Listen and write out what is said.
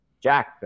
Jack